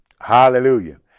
Hallelujah